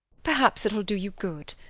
perhaps it'll do you good.